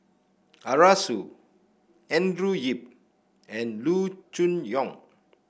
Arasu Andrew Yip and Loo Choon Yong